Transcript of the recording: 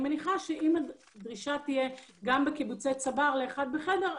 מניחה שאם הדרישה תהיה גם בקיבוצי צבר לאחד בחדר,